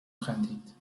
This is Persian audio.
خندید